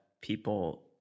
people